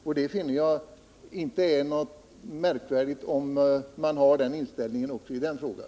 Jag finner det inte särskilt märkvärdigt om man har den inställningen också i den här frågan.